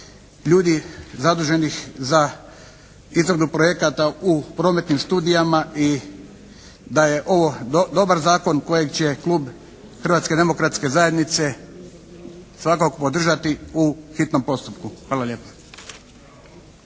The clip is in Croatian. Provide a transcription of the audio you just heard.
ljudi zaduženih za izradu projekata u prometnih studijama i da je ovo dobar Zakon kojeg će klub Hrvatske demokratske zajednice svakako podržati u hitnom postupku. Hvala lijepa.